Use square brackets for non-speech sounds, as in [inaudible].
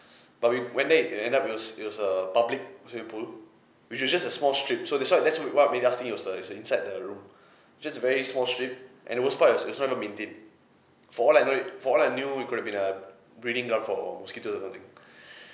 but we went there it end up it was it was a public swimming pool which is just a small strip so that's why that's we what made us think it was uh it's uh inside the room just a very small strip and the worst part it's not even maintained for all I know for all I knew it could've been a breeding ground for mosquitoes or something [breath]